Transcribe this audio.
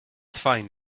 find